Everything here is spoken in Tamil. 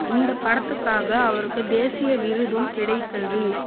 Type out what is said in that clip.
இந்தப் படத்துக்காக அவருக்கு தேசிய விருதும் கிடைத்தது